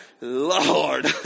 Lord